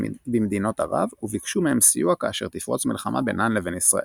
במדינות ערב וביקשו מהם סיוע כאשר תפרוץ מלחמה בינן לבין ישראל.